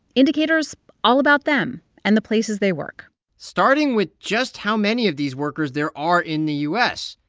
indicators all about them and the places they work starting with just how many of these workers there are in the u s.